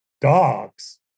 dogs